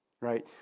right